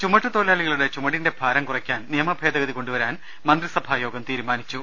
ചുമട്ടുതൊഴിലാളികളുടെ ചുമടിന്റെ ഭാരം കുറയ്ക്കാൻ നിയമഭേ ദഗതി കൊണ്ടുവരാൻ മന്ത്രിസഭായോഗം തീരുമാനിച്ചു